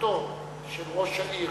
אמירתו של ראש העיר